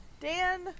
Dan